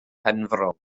penfro